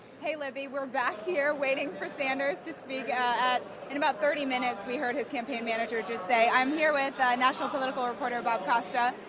hey libby, we are back here waiting for sanders to speak, and about thirty minutes we heard of campaign manager to say. i'm here with national political reporter bob costa.